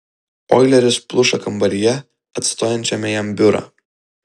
oileris pluša kambaryje atstojančiame jam biurą